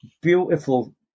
beautiful